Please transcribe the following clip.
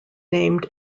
named